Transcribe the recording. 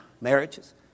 marriages